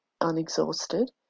unexhausted